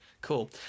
Cool